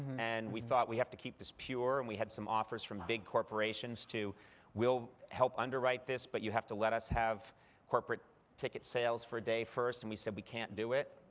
and we thought, we have to keep this pure. and we had some offers from big corporations. we'll help underwrite this, but you have to let us have corporate ticket sales for day first. and we said, we can't do it.